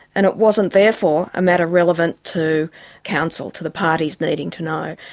and it wasn't therefore a matter relevant to counsel, to the parties needing to know.